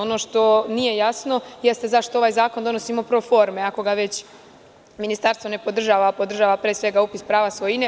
Ono što nije jasno, jeste zašto ovaj zakon donosimo pro forme, ako ga već ministarstvo ne podržava, a podržava pre svega upis prava svojine?